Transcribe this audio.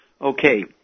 Okay